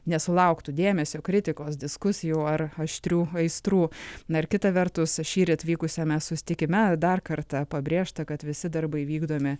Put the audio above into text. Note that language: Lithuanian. nesulauktų dėmesio kritikos diskusijų ar aštrių aistrų na ir kita vertus šįryt vykusiame susitikime dar kartą pabrėžta kad visi darbai vykdomi